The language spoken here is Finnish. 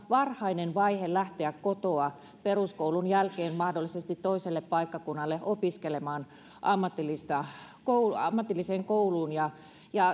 varhainen vaihe lähteä kotoa peruskoulun jälkeen mahdollisesti toiselle paikkakunnalle opiskelemaan ammatilliseen kouluun ammatilliseen kouluun